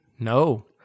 No